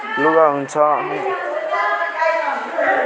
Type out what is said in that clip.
लुगा हुन्छ